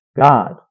God